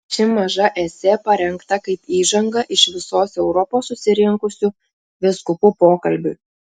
ši maža esė parengta kaip įžanga iš visos europos susirinkusių vyskupų pokalbiui